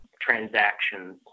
transactions